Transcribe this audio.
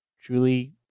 truly